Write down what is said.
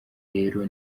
rero